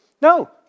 No